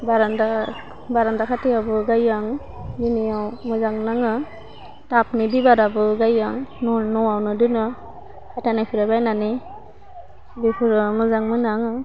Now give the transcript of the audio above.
बारान्दा बारान्दा खाथियावबो गायो आं मोनायाव मोजां नाङो टाबनि बिबाराबो गायो आं न' न'वावनो दोनो हाथाइनिफ्राय बायनानै बेफोरो मोजां मोनो आङो